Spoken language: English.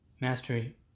mastery